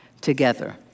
together